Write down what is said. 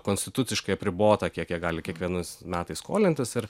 konstituciškai apribota kiek jie gali kiekvienas metai skolintis ir